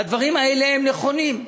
והדברים האלה הם נכונים.